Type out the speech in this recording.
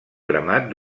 cremat